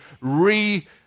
re